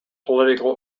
political